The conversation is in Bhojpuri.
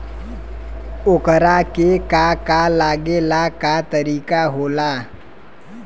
ओकरा के का का लागे ला का तरीका होला?